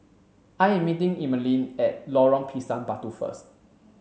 I am meeting Emaline at Lorong Pisang Batu first